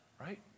right